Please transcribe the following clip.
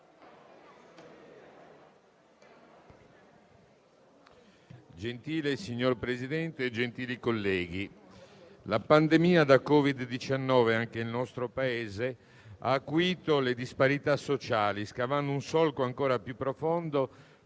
Gentile signor Presidente, gentili colleghi, la pandemia da Covid-19 anche nel nostro Paese ha acuito le disparità sociali, scavando un solco ancora più profondo